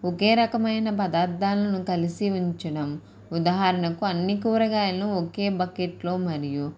ఒకే రకమైన పదార్థాలను కలిసి ఉంచడం ఉదాహరణకు అన్ని కూరగాయలు ఒకే బకెట్లో మరియు